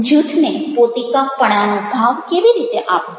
જૂથને પોતીકાપણાનો ભાવ કેવી રીતે આપવો